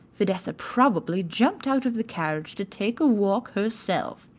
fidessa probably jumped out of the carriage to take a walk herself.